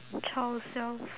child self